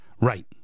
right